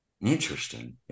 Interesting